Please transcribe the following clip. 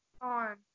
on